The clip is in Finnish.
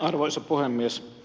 arvoisa puhemies